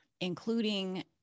including